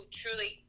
truly